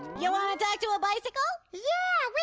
you wanna talk to a bicycle? yeah, we